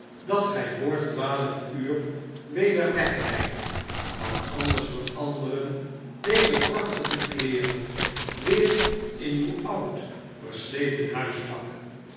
dat gij vr twaalf uur weder wegrijdt want anders veranderen deze prachtige kleêren weêr in uw oud versleten huispak